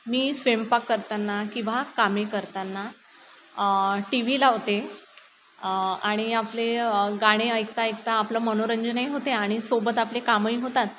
मी स्वयंपाक करताना किंवा कामे करताना टी व्ही लावते आणि आपले गाणे ऐकता ऐकता आपलं मनोरंजनही होते आणि सोबत आपले कामंही होतात